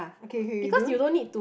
okay okay you don't